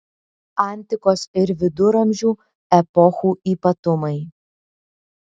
antikos ir viduramžių epochų ypatumai